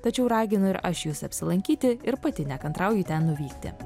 tačiau raginu ir aš jus apsilankyti ir pati nekantrauju ten nuvykti